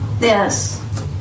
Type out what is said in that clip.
Yes